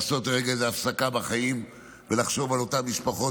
לעשות רגע איזה הפסקה בחיים ולחשוב על אותן משפחות